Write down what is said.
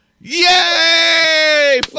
Yay